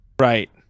right